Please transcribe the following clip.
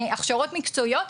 הכשרות מקצועיות,